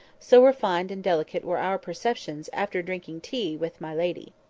so refined and delicate were our perceptions after drinking tea with my lady.